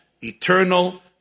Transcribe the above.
eternal